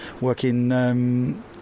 working